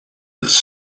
this